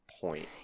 point